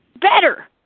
better